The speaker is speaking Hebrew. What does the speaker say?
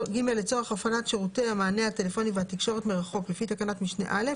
לצורך הפעלת שירותי המענה הטלפוני והתקשורת מרחוק לפי תקנת משנה (א),